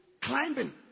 climbing